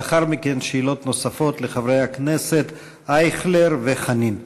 לאחר מכן, שאלות נוספות לחברי הכנסת אייכלר וחנין.